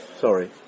sorry